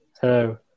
Hello